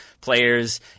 players